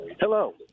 Hello